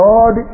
God